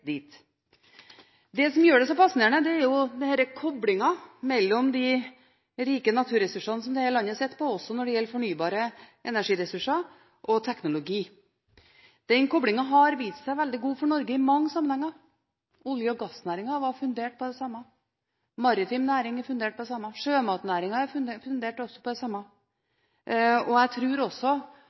dit. Det som gjør det så fascinerende, er denne koblingen mellom de rike naturressursene som dette landet sitter på, også når det gjelder fornybare energiressurser, og teknologi. Den koblingen har vist seg veldig god for Norge i mange sammenhenger. Olje- og gassnæringen er fundert på det samme, maritim næring er fundert på det samme, sjømatnæringen er også fundert på det samme, og jeg tror at også